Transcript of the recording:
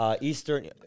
Eastern